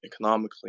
economically